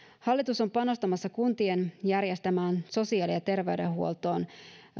hallitus on panostamassa kuntien järjestämään sosiaali ja terveydenhuoltoon